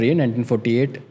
1948